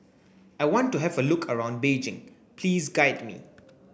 I want to have a look around Beijing please guide me